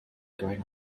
grain